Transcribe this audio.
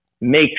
make